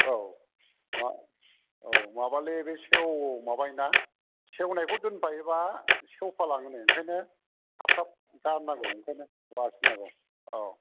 औ माव औ माबालै बे सेव माबायोना सेवनायखौ दोनफायोबा सेवफालाङोनो ओंखायनो थाब गारनांगौ ओंखायनो बासिनांगौ औ